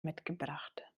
mitgebracht